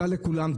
תודה לכולם,